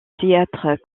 théâtre